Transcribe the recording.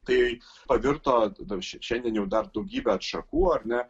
tai pavirto dar šiandien jau dar daugybe atšakų ar ne